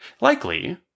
Likely